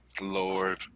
Lord